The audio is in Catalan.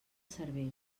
cervera